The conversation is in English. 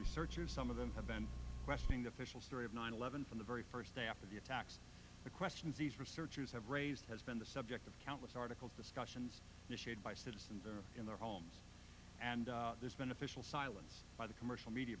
researchers some of them have been questioning the official story of nine eleven from the very first day after the attacks the questions these researchers have raised has been the subject of countless articles discussions issued by citizens in their homes and there's been official silence by the commercial media